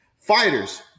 fighters